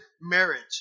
marriage